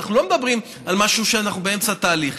אנחנו לא מדברים על משהו שבו אנחנו באמצע תהליך,